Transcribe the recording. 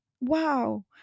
wow